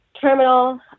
terminal